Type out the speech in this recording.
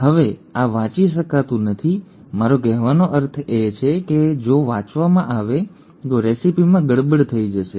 હવે આ વાંચી શકાતું નથી મારો કહેવાનો અર્થ છે કે જો આ વાંચવામાં આવે તો રેસીપીમાં ગડબડ થઈ જશે